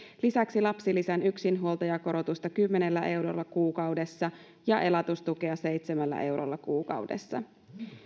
lisäksi lapsilisän yksinhuoltajakorotusta kymmenellä eurolla kuukaudessa ja elatustukea seitsemällä eurolla kuukaudessa